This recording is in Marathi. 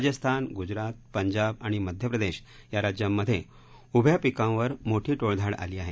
राजस्थान गुजरात पंजाब आणि मध्यप्रदेश या राज्यांमधे उभ्या पिकावर मोठी टोळधाड आली आहे